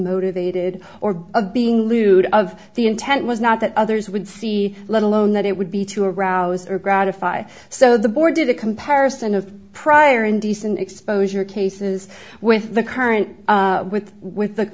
motivated or of being lewd of the intent was not that others would see let alone that it would be to arouse or gratify so the board did a comparison of prior indecent exposure cases with the current with with the